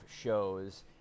shows